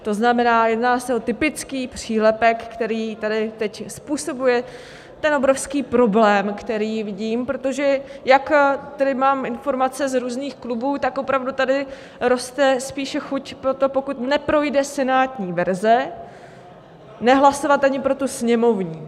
To znamená, jedná se o typický přílepek, který tady teď způsobuje ten obrovský problém, který vidím, protože jak tady mám informace z různých klubů, tady opravdu roste spíše chuť pro to, pokud neprojde senátní verze, nehlasovat ani pro tu sněmovní.